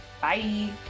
Bye